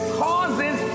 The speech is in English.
causes